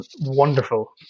wonderful